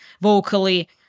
vocally